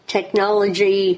Technology